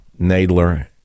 Nadler